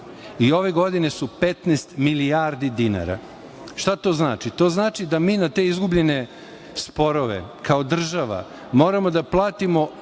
a ove godine su 15 milijardi dinara. Šta to znači? To znači da mi na te izgubljene sporove, kao država, moramo da platimo